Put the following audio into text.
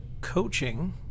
coaching